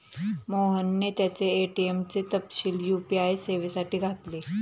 मोहनने त्याचे ए.टी.एम चे तपशील यू.पी.आय सेवेसाठी घातले